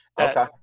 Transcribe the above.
Okay